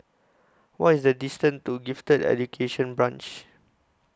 What IS The distance to Gifted Education Branch